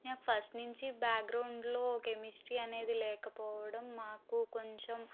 నేను ఫస్ట్ నుంచి బ్యాక్గ్రౌండ్లో కెమిస్ట్రీ అనేది లేకపోవడం మాకు కొంచెం